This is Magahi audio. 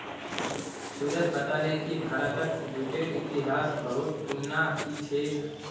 सूरज बताले कि भारतत जूटेर इतिहास बहुत पुनना कि छेक